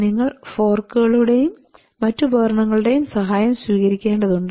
നിങ്ങൾ ഫോർക്കുകളുടെയും മറ്റ് ഉപകരണങ്ങളുടെയും സഹായം സ്വീകരിക്കേണ്ടതുണ്ട്